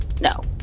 No